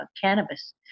cannabis